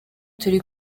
turi